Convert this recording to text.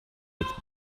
with